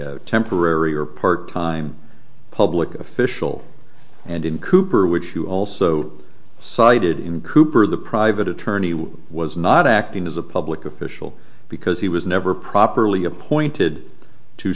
temporary or part time public official and in cooper which you also cited in cooper the private attorney was not acting as a public official because he was never properly appointed to